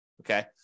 okay